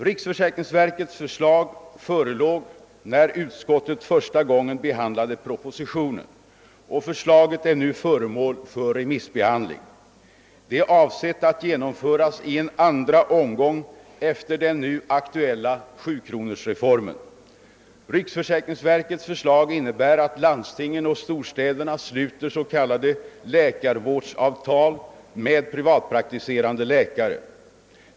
Riksförsäkringsverkets förslag förelåg när utskottet första gången behandlade propositionen, och förslaget är nu föremål för remissbehandling. Det är avsett att genomföras i en andra omgång efter den nu aktuella sjukronorsreformen. Riksförsäkringsverkets förslag innebär att landstingen och storstäderna sluter s.k. läkarvårdsavtal med privatpraktiserande läkare.